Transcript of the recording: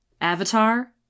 Avatar